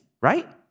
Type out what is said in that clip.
right